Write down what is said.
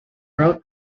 route